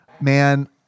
Man